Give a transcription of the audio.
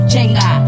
Jenga